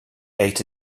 ate